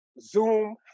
Zoom